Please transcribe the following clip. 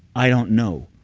i don't know.